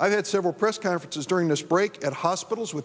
i've had several press conferences during this break at hospitals with